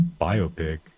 biopic